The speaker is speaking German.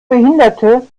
behinderte